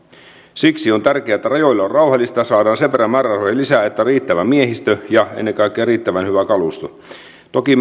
siksi on tärkeää että rajoilla on rauhallista ja saadaan sen verran määrärahoja lisää että on riittävä miehistö ja ennen kaikkea riittävän hyvä kalusto toki